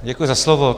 Děkuji za slovo.